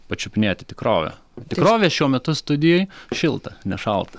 pačiupinėti tikrovę tikrovė šiuo metu studijoj šilta nešalta